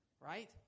Right